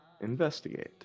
Investigate